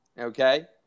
okay